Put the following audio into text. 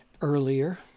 earlier